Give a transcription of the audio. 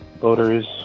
voters